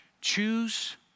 Choose